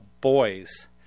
boys